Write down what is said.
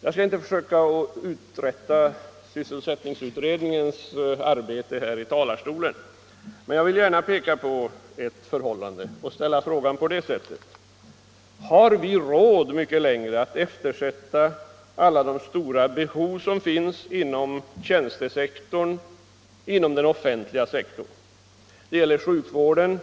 Jag skall inte försöka uträtta sysselsättningsutredningens arbete här i talarstolen, men jag skulle vilja göra några påpekanden. Jag vill ställa frågan så här: Har vi råd att mycket längre eftersätta alla de stora behov som finns inom tjänstesektorn, inom den offentliga sektorn? Det gäller sjukvården,